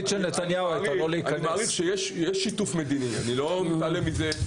אני מעריך שיש שיתוף מדיני, אני לא מתעלם מזה.